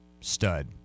stud